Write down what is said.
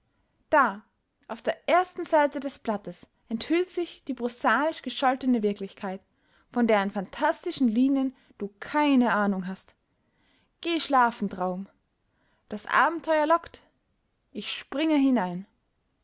da auf der ersten seite des blattes enthüllt sich die prosaisch gescholtene wirklichkeit von deren phantastischen linien du keine ahnung hast geh schlafen traum das abenteuer lockt ich springe hinein